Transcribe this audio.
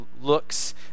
looks